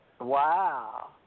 Wow